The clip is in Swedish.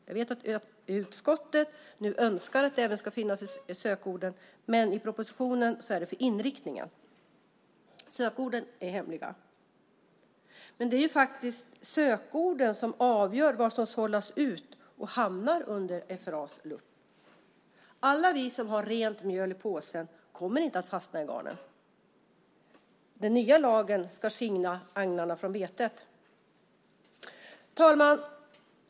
Jag vet att utskottet nu önskar att det även ska finnas i sökorden, men i propositionen är det inriktningen. Sökorden är hemliga. Men det är ju sökorden som faktiskt avgör vad som sållas ut och hamnar under FRA:s lupp. Alla vi som har rent mjöl i påsen kommer inte att fastna i garnen. Den nya lagen ska skilja agnarna från vetet. Herr talman!